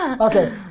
Okay